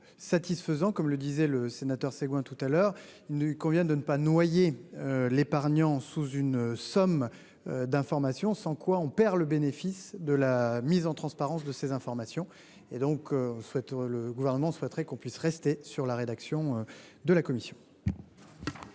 comme le disait le sénateur c'est loin tout à l'heure, il convient de ne pas noyer l'épargnant sous une somme d'informations sans quoi on perd le bénéfice de la mise en transparence de ces informations et donc on souhaite le gouvernement souhaiterait qu'on puisse rester sur la rédaction de la commission.